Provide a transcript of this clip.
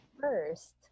first